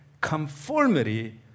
conformity